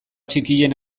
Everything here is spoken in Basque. txikien